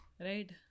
Right